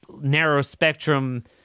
narrow-spectrum